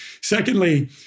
Secondly